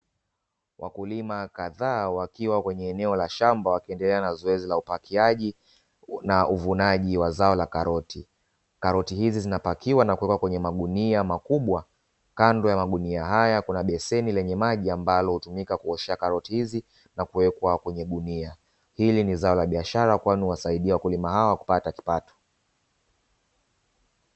Wakulima kadhaa wakiwa kwenye eneo la shamba wakiendelea na zoezi la upakiaji na uvunaji wa zao la karoti, karoti hizi zinapakiwa na kuwekwa kwenye magunia makubwa, kando ya magunia haya kuna beseni lenye maji ambalo hutumika kuoshea karoti hizi na kuwekwa kwenye gunia, hili ni zao la biashara kwani huwasaidia wakulima hawa kupata kipato.